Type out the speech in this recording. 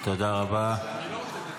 תודה רבה.